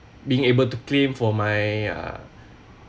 being able to claim for my uh